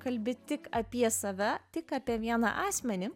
kalbi tik apie save tik apie vieną asmenį